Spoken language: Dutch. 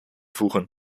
voegen